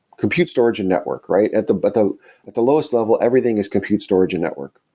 compute storage and network, right? at the but at the lowest level, everything is compute storage and network.